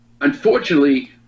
unfortunately